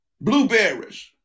blueberries